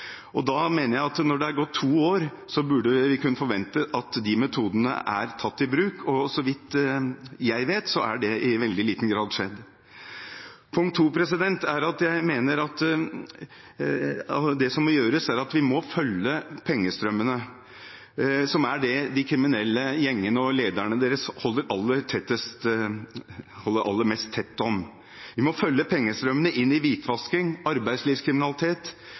Da mener jeg at vi etter to år burde kunne forvente at de metodene er tatt i bruk, men så vidt jeg vet, har det skjedd i veldig liten grad. Punkt to er at jeg mener vi må følge pengestrømmene, som er det de kriminelle gjengene og lederne deres holder aller mest tett om. Vi må følge pengestrømmene inn i hvitvasking, arbeidslivskriminalitet,